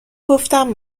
گفتم